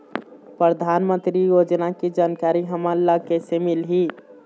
परधानमंतरी योजना के जानकारी हमन ल कइसे मिलही?